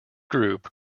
group